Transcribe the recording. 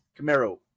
Camaro